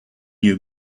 you